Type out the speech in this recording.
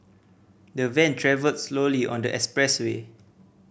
the van travelled slowly on the expressway